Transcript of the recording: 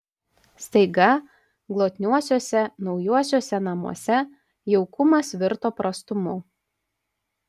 staiga glotniuosiuose naujuosiuose namuose jaukumas virto prastumu